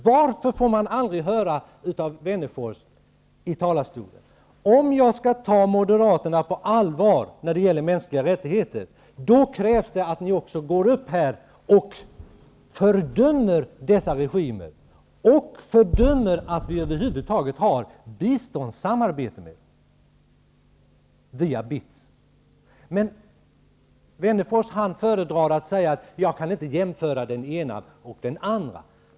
Varför får man aldrig höra om detta av Alf Om jag skall ta Moderaterna på allvar när det gäller mänskliga rättigheter krävs att ni fördömer dessa regimer och fördömer att vi över huvud taget har biståndssamarbete via BITS med dem. Men Alf Wennerfors föredrar att säga att han inte kan jämföra det ena landet med det andra.